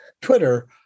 Twitter